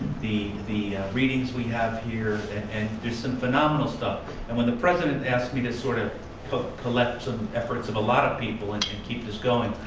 the the readings we have here, and there's some phenomenal stuff. and when the president asked me to sort of collect some efforts of a lot of people and keep this going,